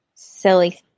Silly